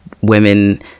women